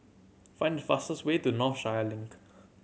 find the fastest way to Northshore Link